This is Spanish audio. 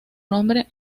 nombre